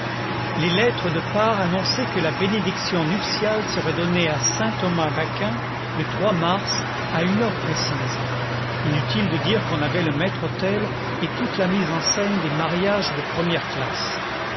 les lettres de part annonçaient que la bénédiction nuptiale serait donnée à saint thomasdaquin le mars à une heure précise inutile de dire qu'on avait le maître-autel et toute la mise en scène des mariages de première classe